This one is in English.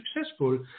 successful